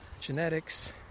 genetics